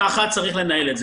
כך צריך לנהל את זה.